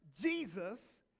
Jesus